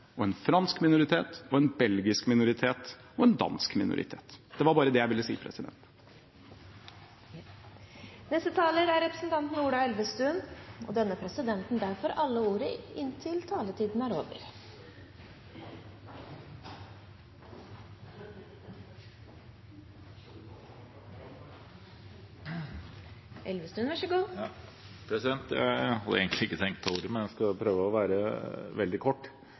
minoritet, en fransk minoritet, en belgisk minoritet og en dansk minoritet. Det var bare det jeg ville si. Jeg hadde egentlig ikke tenkt å ta ordet, men jeg skal prøve å være veldig kort.